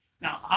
Now